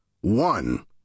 one